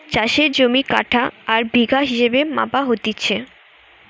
চাষের জমি কাঠা আর বিঘা হিসেবে মাপা হতিছে